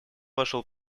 вошел